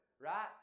right